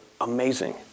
amazing